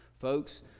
Folks